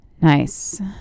Nice